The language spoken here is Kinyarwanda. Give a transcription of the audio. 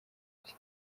bye